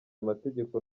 amategeko